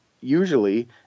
usually